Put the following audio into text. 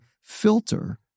filter